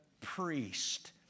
priest